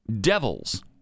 devils